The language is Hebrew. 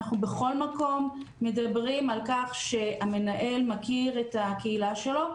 אנחנו בכל מקום מדברים על כך שהמנהל מכיר את הקהילה שלו.